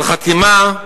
על חתימה,